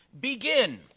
Begin